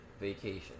vacation